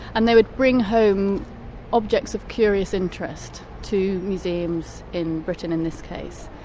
and they would bring home objects of curious interest to museums in britain, in this case.